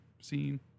scene